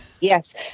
Yes